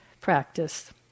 practice